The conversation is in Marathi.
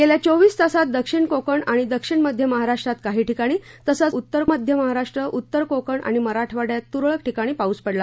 गेल्या चोवीस तासात दक्षिण कोकण आणि दक्षिण मध्य महाराष्ट्रात काही ठिकाणी तसंच उत्तर मध्य महाराष्ट्र उत्तर कोकण आणि मराठवाडयात तुरळक ठिकाणी पाऊस पडला